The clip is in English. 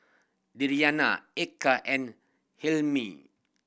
Diyana Eka and Hilmi